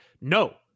no